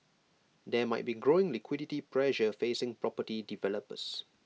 there might be growing liquidity pressure facing property developers